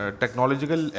technological